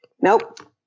nope